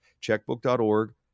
checkbook.org